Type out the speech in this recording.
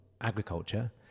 agriculture